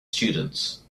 students